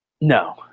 No